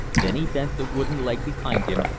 there he bent the wooden leg behind him,